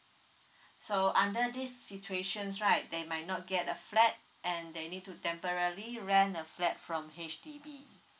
so under these situations right they might not get a flat and they need to temporary rent a flat from H_D_B